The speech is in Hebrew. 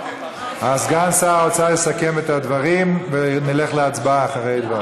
סגן שר האוצר יסכם את הדברים ונלך להצבעה אחרי דבריו.